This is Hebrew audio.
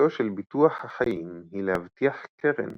מטרתו של ביטוח החיים היא להבטיח קרן